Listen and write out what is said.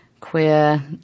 queer